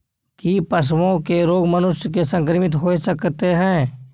की पशुओं के रोग मनुष्य के संक्रमित होय सकते है?